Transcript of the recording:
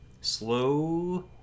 slow